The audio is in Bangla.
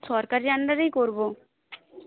সরকারের আন্ডারেই করব